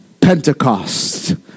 Pentecost